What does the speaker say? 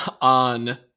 on